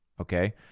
Okay